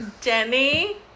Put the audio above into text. Jenny